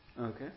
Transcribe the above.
Okay